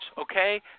okay